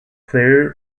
player